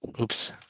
Oops